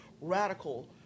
radical